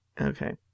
Okay